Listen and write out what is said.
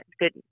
good